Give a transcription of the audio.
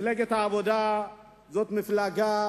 מפלגת העבודה זאת מפלגה